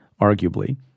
arguably